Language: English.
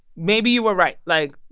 maybe you were right. like,